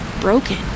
broken